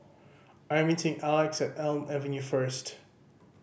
I'm meeting Elex at Elm Avenue first